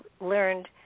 learned